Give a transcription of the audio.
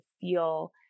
feel